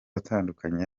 atandukanye